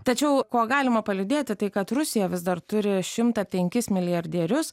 tačiau kuo galima paliūdėti tai kad rusija vis dar turi šimtą penkis milijardierius